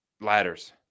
Ladders